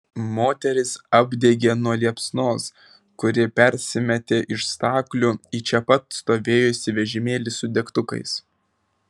moterys apdegė nuo liepsnos kuri persimetė iš staklių į čia pat stovėjusį vežimėlį su degtukais